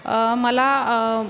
मला